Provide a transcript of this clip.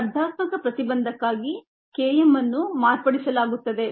ಸ್ಪರ್ಧಾತ್ಮಕ ಪ್ರತಿಬಂಧಕ್ಕಾಗಿ K m ಅನ್ನು ಮಾರ್ಪಡಿಸಲಾಗುತ್ತದೆ